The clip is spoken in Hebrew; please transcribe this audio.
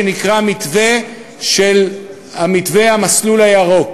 "מתווה המסלול הירוק",